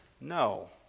No